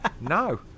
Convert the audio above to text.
No